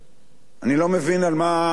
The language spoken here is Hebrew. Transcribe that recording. אני לא מבין על מה, עוד פעם,